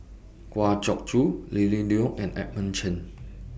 Kwa Geok Choo Lily Neo and Edmund Chen